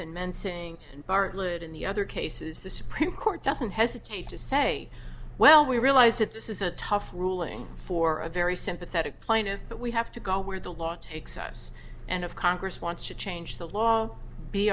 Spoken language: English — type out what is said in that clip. mints sing bartlett in the other cases the supreme court doesn't hesitate to say well we realize that this is a tough ruling for a very sympathetic plaintiff but we have to go where the law takes us and of congress wants to change the law be